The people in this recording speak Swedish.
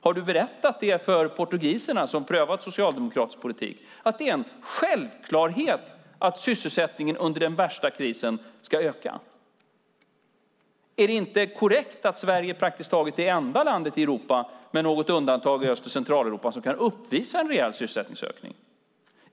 Har du berättat det här för portugiserna, som har prövat socialdemokratisk politik, att det är en självklarhet att sysselsättningen under den värsta krisen ska öka? Är det inte korrekt att Sverige praktiskt taget är det enda landet i Europa, med något undantag i Öst och Centraleuropa, som kan uppvisa en reell sysselsättningsökning?